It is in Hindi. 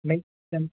नहीं चल